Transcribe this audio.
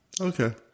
Okay